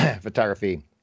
photography